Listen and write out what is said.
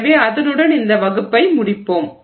எனவே அதனுடன் இந்த வகுப்பை முடிப்போம்